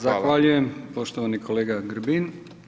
Zahvaljujem poštovani kolega Grbin.